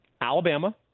Alabama